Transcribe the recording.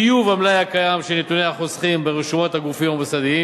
טיוב המלאי הקיים של נתוני החוסכים ברשומות הגופים המוסדיים